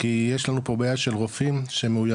כי יש לנו פה בעיה של רופאים שמאוימים,